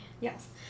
Yes